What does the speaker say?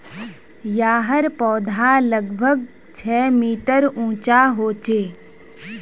याहर पौधा लगभग छः मीटर उंचा होचे